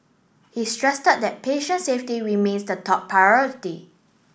he stress that patient safety remains the top priority